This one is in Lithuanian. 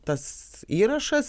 tas įrašas